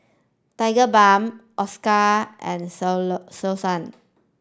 Tigerbalm Osteocare and Selsun